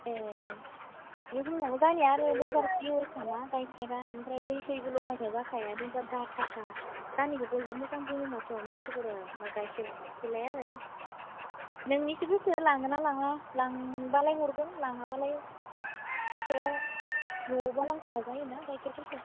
ए बेबो नंगौ जोंहानिया आरो मोजां पिय'र खाना गाइखेरा ओमफ्राय दै सैबो लगायनाय जाखाया जा लाथाखा जोंहानिखौ बयबो मोजां बुङो माथो मानसिफोरा गाइखेरखौलाय आरो नोंनिसो गोसो लांगोना लाङा लांबालाय हरगोन लाङाबालाय गाइखेरा न'आवबो नांखायो जायोना गाइखेरफोरखौ